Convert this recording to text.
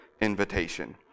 invitation